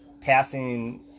passing